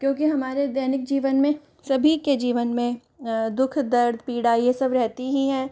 क्योंकि हमारे दैनिक जीवन में सभी के जीवन में दु ख दर्द पीड़ा यह सब रहती ही हैं